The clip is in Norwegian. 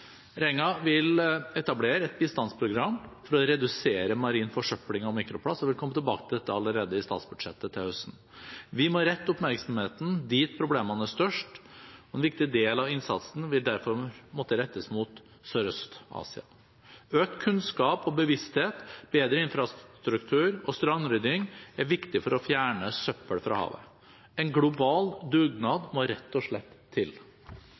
Regjeringen vil etablere et bistandsprogram for å redusere marin forsøpling og mikroplast og vil komme tilbake til dette allerede i statsbudsjettet til høsten. Vi må rette oppmerksomheten dit problemene er størst. En viktig del av innsatsen vil derfor måtte rettes mot Sørøst-Asia. Økt kunnskap og bevissthet, bedre infrastruktur og strandrydding er viktig for å fjerne søppel fra havet. En global dugnad må rett og slett til. I FNs miljøforsamling tar vi en førende rolle for å